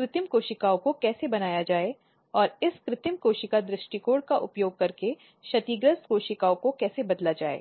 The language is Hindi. संदर्भसमय को देखें 0028 अब हम इस विशेष पाठ्यक्रम के संबंध में अगला मॉड्यूल शुरू करेंगे